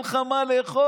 אין לך מה לאכול,